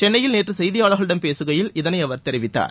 சென்னையில் நேற்று செய்தியாளர்களிடம் பேசுகையில் இதனை அவர் தெரிவித்தார்